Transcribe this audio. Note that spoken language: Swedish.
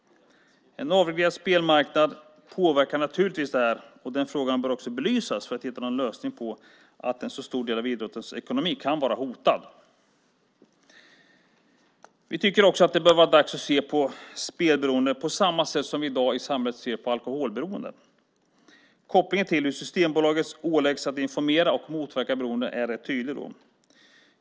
En avreglerad spelmarknad påverkar naturligtvis detta. Den frågan bör också belysas för att hitta en lösning på att en stor del av idrottens ekonomi kan vara hotad. Vi tycker också att det är dags att se på spelberoende på samma sätt som vi i dag i samhället ser på alkoholberoende. Kopplingen till hur Systembolaget är ålagt att informera och motverka beroende är tydlig.